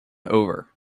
over